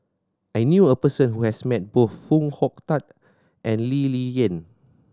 I knew a person who has met both Foo Hong Tatt and Lee Ling Yen